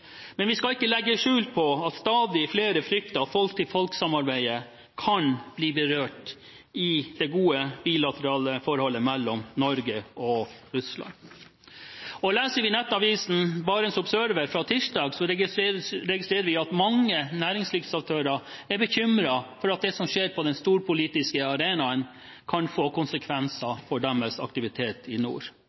Men vi skal ikke legge skjul på at stadig flere frykter at folk-til-folk-samarbeidet kan bli berørt når det gjelder det gode, bilaterale forholdet mellom Norge og Russland. Leser vi nettavisen BarentsObserver fra tirsdag, registrerer vi at mange næringslivsaktører er bekymret for at det som skjer på den storpolitiske arenaen, kan få konsekvenser for deres aktivitet i nord.